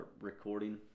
recording